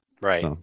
right